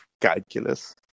calculus